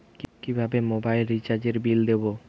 কিভাবে মোবাইল রিচার্যএর বিল দেবো?